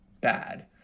bad